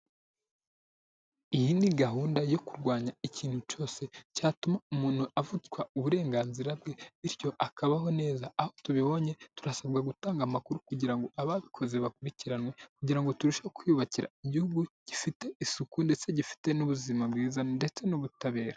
Iyi ni gahunda yo kurwanya ikintu cyose cyatuma umuntu avutswa uburenganzira bwe, bityo akabaho neza. Aho tubibonye turasabwa gutanga amakuru kugira ngo ababikoze bakurikiranwe kugira ngo turusheho kwiyubakira igihugu gifite isuku ndetse gifite n'ubuzima bwiza ndetse n'ubutabera.